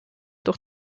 durch